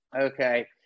okay